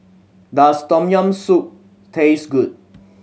does Tom Yam Soup taste good